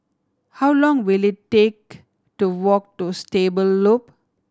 how long will it take to walk to Stable Loop